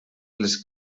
les